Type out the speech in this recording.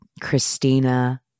Christina